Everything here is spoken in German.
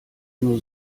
nur